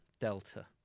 delta